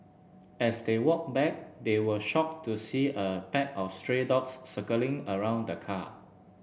as they walked back they were shocked to see a pack of stray dogs circling around the car